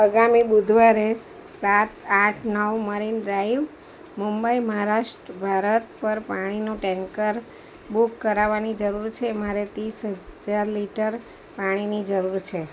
આગામી બુધવારે સાત આઠ નવ મરીન ડ્રાઇવ મુંબઈ મહારાષ્ટ્ર ભારત પર પાણીનું ટેન્કર બુક કરાવવાની જરૂર છે મારે ત્રીસ હજાર લિટર પાણીની જરૂર છે